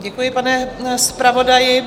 Děkuji, pane zpravodaji.